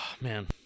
man